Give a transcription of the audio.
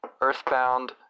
Earthbound